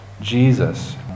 Jesus